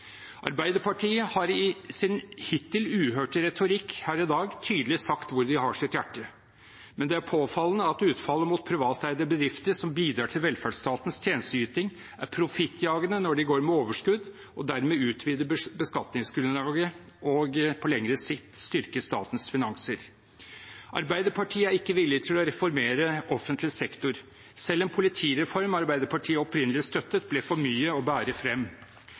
Arbeiderpartiet har i sin hittil uhørte retorikk her i dag tydelig sagt hvor de har sitt hjerte, men det påfallende er at utfallet mot privateide bedrifter, som bidrar til velferdsstatens tjenesteyting, er profittjagende når de går med overskudd og dermed utvider beskatningsgrunnlaget og på lengre sikt styrker statens finanser. Arbeiderpartiet er ikke villig til å reformere offentlig sektor. Selv en politireform Arbeiderpartiet opprinnelig støttet, ble for mye å bære frem.